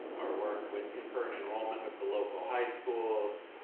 our work with concurrent enrollment with the local high schools,